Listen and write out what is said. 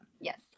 yes